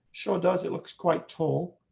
sure does. it looks quite tall.